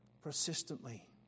persistently